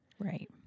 right